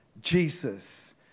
Jesus